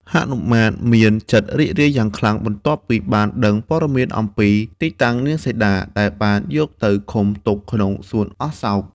ហនុមានមានចិត្តរីករាយយ៉ាងខ្លាំង បន្ទាប់ពីបានដឹងព័ត៌មានអំពីទីតាំងនាងសីតា ដែលបានយកទៅឃុំទុកក្នុងសួនអសោក។